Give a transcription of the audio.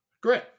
Great